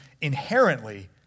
inherently